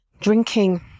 drinking